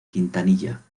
quintanilla